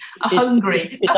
hungry